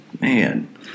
Man